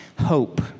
hope